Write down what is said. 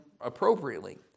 appropriately